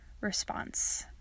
response